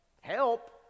Help